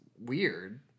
weird